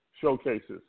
showcases